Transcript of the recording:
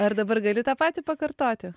ar dabar gali tą patį pakartoti